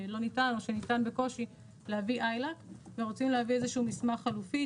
לא ניתן או שניתן בקושי להביא ILAC ורוצים להביא איזשהו מסמך חלופי.